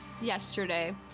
yesterday